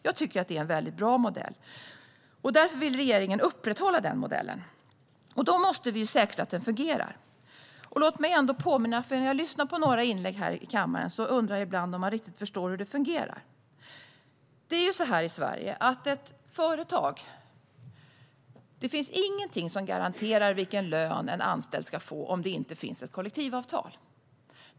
Jag tycker att det är en mycket bra modell. Därför vill regeringen upprätthålla denna modell. Då måste vi säkerställa att den fungerar. När jag har lyssnat på några inlägg här i kammaren undrar jag om man riktigt förstår hur det fungerar. Därför vill jag påminna om en sak: I Sverige finns det ingenting som garanterar vilken lön en anställd ska få om det inte finns ett kollektivavtal i ett företag.